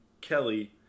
Kelly